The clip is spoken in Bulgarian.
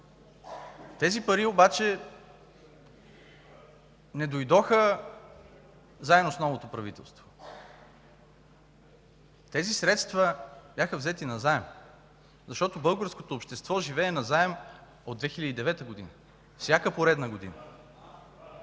Тези пари обаче не дойдоха заедно с новото правителство. Тези средства бяха взети назаем, защото българското общество живее назаем от 2009 г., всяка поредна година.